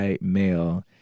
male